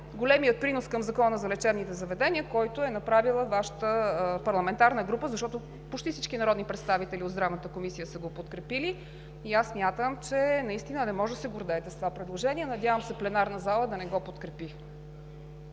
големият принос към Закона за лечебните заведения, който е направила Вашата парламентарна група, защото почти всички народни представители от Здравната комисия са го подкрепили и смятам, че наистина не можете да се гордеете с това предложение. Надявам се пленарната зала да не го подкрепи.